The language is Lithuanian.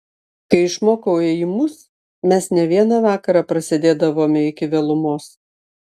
kai išmokau ėjimus mes ne vieną vakarą prasėdėdavome iki vėlumos